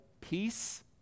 peace